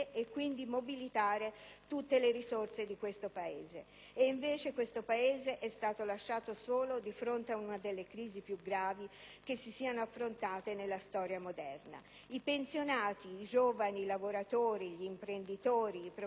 tutte le risorse di questo Paese. Invece il Paese è stato lasciato solo di fronte ad una delle crisi più gravi che si siano affrontate nella storia moderna. I pensionati, i giovani, i lavoratori, gli imprenditori, i professionisti, le famiglie